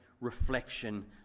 reflection